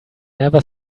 never